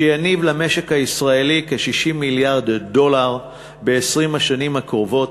שיניב למשק הישראלי כ-60 מיליארד דולר ב-20 השנים הקרובות.